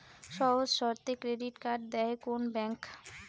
সহজ শর্তে credit card দেয় কোন ব্যাংক?